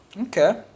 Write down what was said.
Okay